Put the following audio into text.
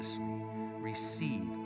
receive